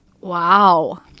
Wow